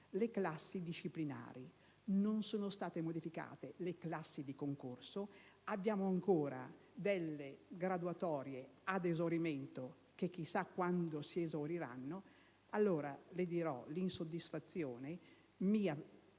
le classi disciplinari, ma non sono state modificate le classi di concorso, per cui abbiamo ancora delle graduatorie ad esaurimento che chissà quando si esauriranno. Allora, l'insoddisfazione mia